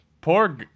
Poor